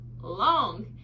long